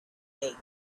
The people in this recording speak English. egg